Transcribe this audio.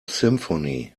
symphony